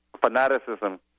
fanaticism